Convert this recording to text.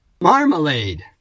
Marmalade